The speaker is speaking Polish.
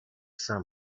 sam